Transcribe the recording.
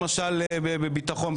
למשל בביטחון,